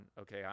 okay